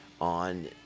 on